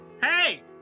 Hey